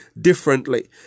differently